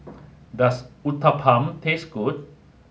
does Uthapam taste good